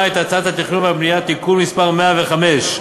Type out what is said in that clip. את הצעת חוק התכנון והבנייה (תיקון מס' 105),